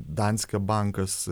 danske bankas